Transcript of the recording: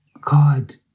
God